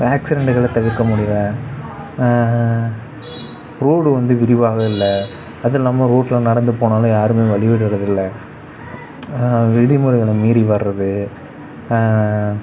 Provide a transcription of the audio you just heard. ஆக்ஸிடென்ட்டுகளை தவிர்க்க முடியல ரோடு வந்து விரிவாகவே இல்லை அதுவும் இல்லாமல் ரோட்டில் நடந்து போனாலும் யாருமே வழி விடறது இல்லை விதிமுறைகளை மீறி வர்றது